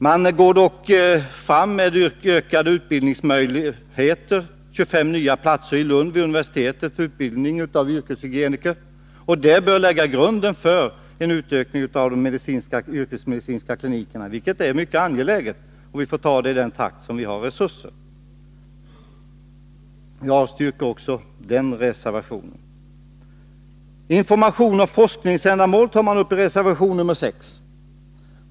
Man går dock fram med ökade utbildningsmöjligheter och föreslår att 25 nya platser inrättas vid universitetet i Lund för utbildning av yrkeshygieniker. Det bör lägga grunden för en utökning av de yrkesmedi cinska klinikerna, vilket är mycket angeläget. Vi får ta det i den takt som vi har resurser till. Jag avstyrker också den reservationen. Information för forskningsändamål handlar det om i reservation 6.